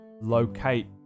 locate